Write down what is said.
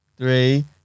Three